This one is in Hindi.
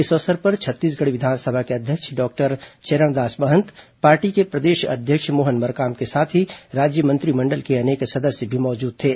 इस अवसर पर छत्तीसंगढ़ विधानसभा के अध्यक्ष डॉक्टर चरणदास महंत पार्टी के प्रदेश अध्यक्ष मोहन मरकाम के साथ ही राज्य मंत्रिमंडल के अनेक सदस्य भी मौजूद थे